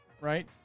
right